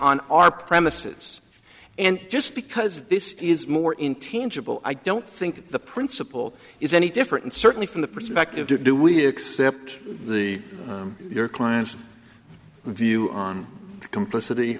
on our premises and just because this is more intangible i don't think the principle is any different and certainly from the perspective do do we accept the your client's view on complicity